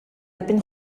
erbyn